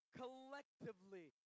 collectively